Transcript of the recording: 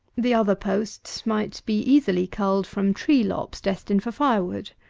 the other posts might be easily culled from tree-lops, destined for fire-wood.